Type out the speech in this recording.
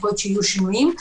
יכול להיות שיהיו בשינויים.